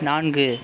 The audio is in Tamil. நான்கு